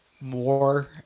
more